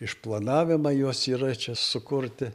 išplanavimai jos yra čia sukurti